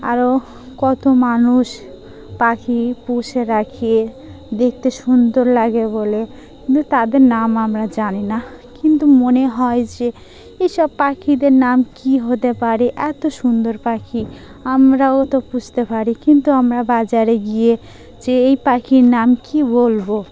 আরও কত মানুষ পাখি পুষে রাখে দেখতে সুন্দর লাগে বলে কিন্তু তাদের নাম আমরা জানি না কিন্তু মনে হয় যে এইসব পাখিদের নাম কী হতে পারে এত সুন্দর পাখি আমরাও তো পুষতে পারি কিন্তু আমরা বাজারে গিয়ে যে এই পাখির নাম কী বলবো